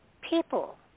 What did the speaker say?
people